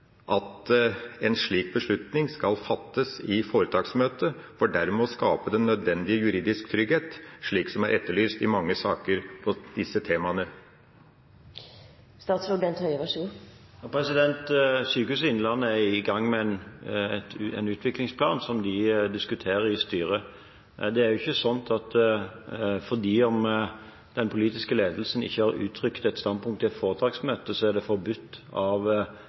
at en slik beslutning skal fattes i foretaksmøtet for dermed å skape den nødvendige juridiske trygghet, slik som er etterlyst i mange saker om disse temaene? Sykehuset Innlandet er i gang med en utviklingsplan som de diskuterer i styret. Det er jo ikke slik at fordi den politiske ledelsen ikke har uttrykt et standpunkt i et foretaksmøte, er det forbudt av